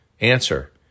Answer